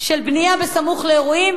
של בנייה בסמוך לאירועים,